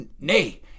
Nay